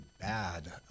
bad